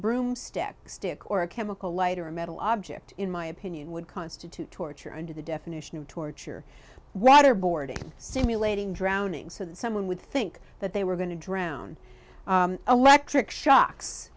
broomstick stick or a chemical light or a metal object in my opinion would constitute torture under the definition of torture rather bored simulating drowning so that someone would think that they were going to drown electric shocks